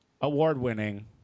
award-winning